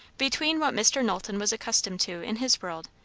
between what mr. knowlton was accustomed to in his world,